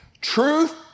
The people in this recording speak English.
Truth